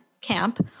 camp